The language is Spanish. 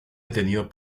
detenido